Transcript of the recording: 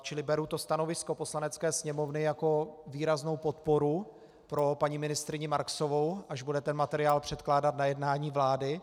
Čili beru to stanovisko Poslanecké sněmovny jako výraznou podporu pro paní ministryni Marksovou, až bude ten materiál předkládat na jednání vlády.